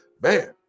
man